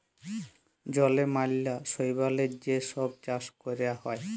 জলে ম্যালা শৈবালের যে ছব চাষ ক্যরা হ্যয়